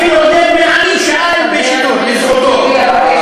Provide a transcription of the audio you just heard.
אני מעביר לך מה שואלים תושבי אבו-גוש, אה, בסדר.